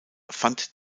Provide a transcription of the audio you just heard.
fand